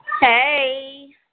Hey